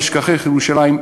אם אשכחך ירושלים,